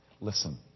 Listen